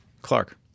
Clark